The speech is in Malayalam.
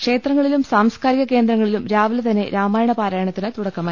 ക്ഷേത്രങ്ങളിലും സാംസ്കാരിക കേന്ദ്രങ്ങളിലും രാവിലെ തന്നെ രാമായണ പാരായണത്തിന് തുടക്കമായി